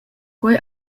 quei